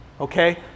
okay